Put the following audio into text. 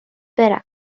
برم